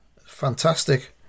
fantastic